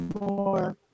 more